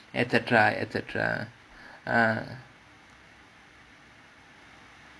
etcetera etcetera ah